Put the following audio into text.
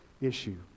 issue